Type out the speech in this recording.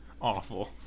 awful